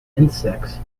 insects